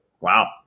Wow